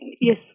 Yes